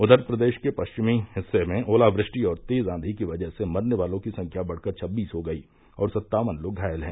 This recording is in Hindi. उधर प्रदेश के पश्चिमी हिस्से में ओलावृष्टि और तेज आंधी की वजह से मरने वालों की संख्या बढ़कर छब्बीस हो गई और सत्तावन लोग घायल हैं